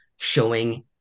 showing